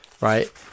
right